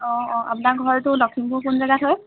অঁ অঁ আপোনাৰ ঘৰতো লখিমপুৰ কোন জেগাত হয়